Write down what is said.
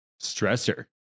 stressor